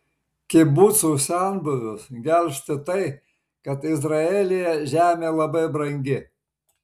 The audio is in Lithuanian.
kibucų senbuvius gelbsti tai kad izraelyje žemė labai brangi